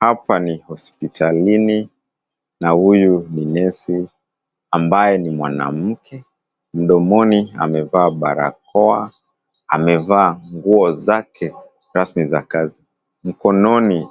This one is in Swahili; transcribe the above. Hapa ni hospitalini, na huyu ni nurse ambaye ni mwanamke. Mdomoni amevaa barakoa, amevaa nguo zake rasmi za kazi. Mkononi